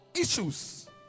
issues